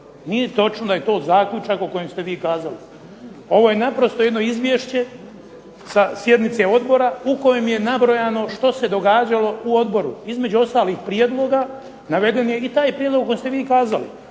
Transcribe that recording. Nije točno da je to zaključak o kojem ste vi kazali. Ovo je naprosto jedno izvješće sa sjednice odbora u kojem je nabrojano što se događalo u odboru. Između ostalih prijedloga naveden je i taj prijedlog koji ste vi kazali,